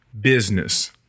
business